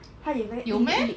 它有那个一粒一粒